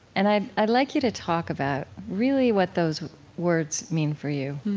and i'd i'd like you to talk about really what those words mean for you